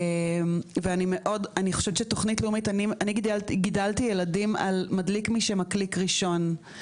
אני גידלתי ילדים על מדליק מי שמקליק ראשון,